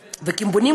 וקימבונים,